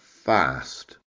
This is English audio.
Fast